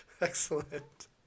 Excellent